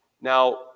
Now